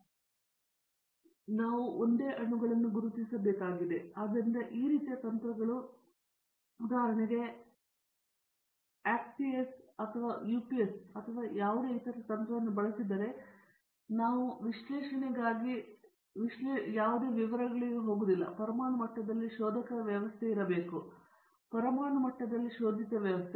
ನಾವು ಒಂದೇ ಅಣುಗಳನ್ನು ಗುರುತಿಸಬೇಕಾಗಿದೆ ಆದ್ದರಿಂದ ಈ ರೀತಿಯ ತಂತ್ರಗಳು ಉದಾಹರಣೆಗೆ ಇಂದು ಎಕ್ಸ್ಪಿಎಸ್ ಅಥವಾ ಯುಪಿಎಸ್ ಅಥವಾ ಯಾವುದೇ ಇತರ ತಂತ್ರವನ್ನು ಬಳಸಿದರೆ ನಾವು ಯಾವುದೇ ವಿಶ್ಲೇಷಣೆಯಾಗಿರುವ ಎಲ್ಲಾ ವಿವರಗಳಿಗೆ ಹೋಗುವುದಿಲ್ಲ ಮತ್ತು ಪರಮಾಣು ಮಟ್ಟದಲ್ಲಿ ಶೋಧಕ ವ್ಯವಸ್ಥೆ ಇರಬೇಕು ಪರಮಾಣು ಮಟ್ಟದಲ್ಲಿ ಶೋಧಿತ ವ್ಯವಸ್ಥೆ